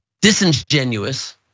disingenuous